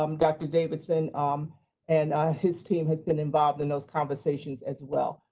um dr. davidson and his team have been involved in those conversations as well.